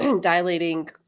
dilating